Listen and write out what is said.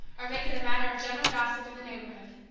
or make it a matter of general gossip in the neighborhood.